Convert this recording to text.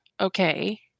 okay